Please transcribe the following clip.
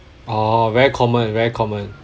orh very common very common